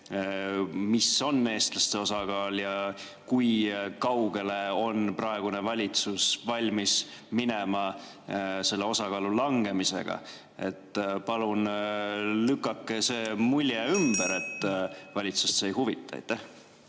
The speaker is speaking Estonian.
on eestlaste osakaal ja kui kaugele on praegune valitsus valmis minema selle osakaalu langemisega. (Juhataja helistab kella.) Palun lükake see mulje ümber, et valitsust see ei huvita.